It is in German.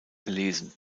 gelesen